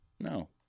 No